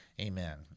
Amen